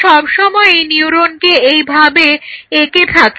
আমরা সব সময়ই নিউরনকে এই ভাবে এঁকে থাকি